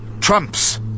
Trumps